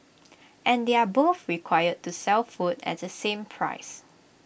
and they're both required to sell food at the same price